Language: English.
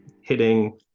hitting